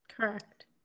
Correct